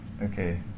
Okay